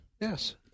Yes